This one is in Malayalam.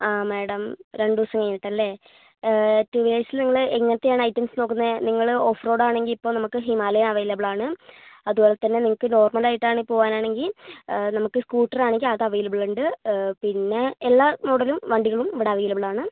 ആ മാഡം രണ്ടു ദിവസം കഴിഞ്ഞിട്ടല്ലേ ടൂവീലേഴ്സിലുളള എങ്ങനത്തെയാണ് ഐറ്റംസ് നോക്കുന്നത് നിങ്ങൾ ഓഫ്റോഡ് ആണെങ്കിൽ ഇപ്പോൾ നമുക്ക് ഹിമാലയൻ അവൈലബിൾ ആണ് അതുപോലെത്തന്നെ നിങ്ങൾക്ക് നോർമലായിട്ടാണ് പോകാനാണെങ്കിൽ നമുക്ക് സ്കൂട്ടർ ആണെങ്കിൽ അത് അവൈലബിൾ ഉണ്ട് പിന്നെ എല്ലാ മോഡലും വണ്ടികളും ഇവിടെ അവൈലബിൾ ആണ്